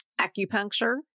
acupuncture